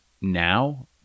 now